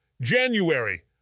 January